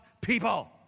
people